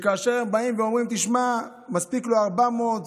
כאשר הם באים ואומרים: תשמע, מספיק לו 400,